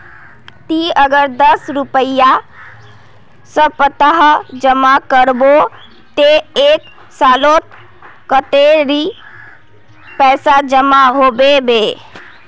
ती अगर दस रुपया सप्ताह जमा करबो ते एक सालोत कतेरी पैसा जमा होबे बे?